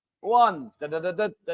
One